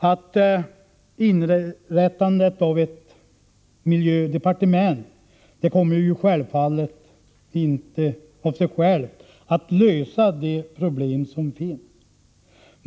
Att inrätta ett miljödepartement kommer givetvis inte av sig självt liksom inte heller lösningarna på de problem som finns.